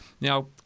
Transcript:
Now